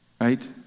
Right